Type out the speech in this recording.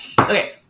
Okay